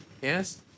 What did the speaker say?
Yes